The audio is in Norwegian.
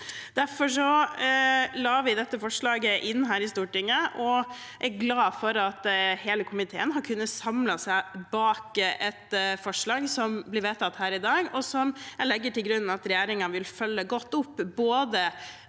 Derfor la vi dette forslaget fram for Stortinget, og jeg er glad for at hele komiteen har kunnet samle seg bak et forslag som blir vedtatt ved votering. Jeg legger til grunn at regjeringen vil følge godt opp den